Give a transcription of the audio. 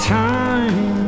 time